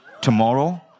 Tomorrow